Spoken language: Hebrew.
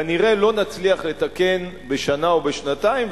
כנראה לא נצליח לתקן בשנה או בשנתיים,